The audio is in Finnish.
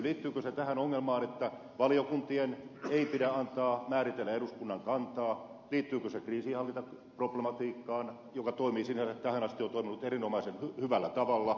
liittyykö se tähän ongelmaan että valiokuntien ei pidä antaa määritellä eduskunnan kantaa liittyykö se kriisinhallintaproblematiikkaan joka toimii sinänsä tähän asti on toiminut erinomaisen hyvällä tavalla